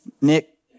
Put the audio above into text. Nick